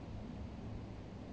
um